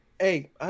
Hey